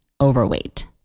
overweight